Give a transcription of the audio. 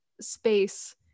space